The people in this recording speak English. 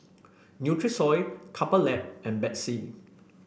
Nutrisoy Couple Lab and Betsy